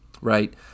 right